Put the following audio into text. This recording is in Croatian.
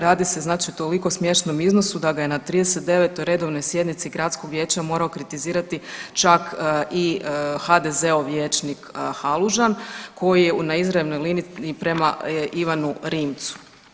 Radi se znači o toliko smiješnom iznosu da ga je na 39. redovnoj sjednici gradskog vijeća morao kritizirati čak i HDZ-ov vijećnik Halužan koji je na izravnoj liniji prema Ivanu Rimcu.